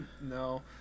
No